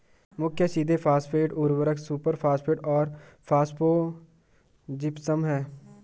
मुख्य सीधे फॉस्फेट उर्वरक सुपरफॉस्फेट और फॉस्फोजिप्सम हैं